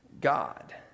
God